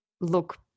look